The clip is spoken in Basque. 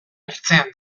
ertzean